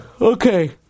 Okay